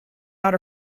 out